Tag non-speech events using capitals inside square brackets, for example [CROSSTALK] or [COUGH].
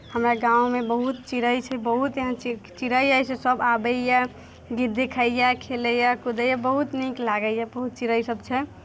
हमरा गाममे बहुत चिड़ै छै बहुत एहन चि चिड़ै अछि से सभ आबैए [UNINTELLIGIBLE] खेलैए कूदैए नीक लागैए बहुत चिड़ैसभ छै